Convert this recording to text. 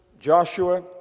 Joshua